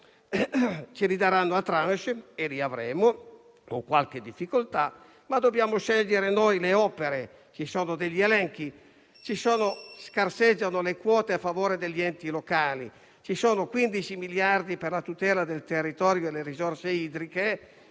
li daranno a *tranche*. Li avremo con qualche difficoltà, ma dobbiamo scegliere noi le opere. Ci sono degli elenchi. Scarseggiano le quote a favore degli enti locali. Ci sono 15 miliardi per la tutela del territorio e delle risorse idriche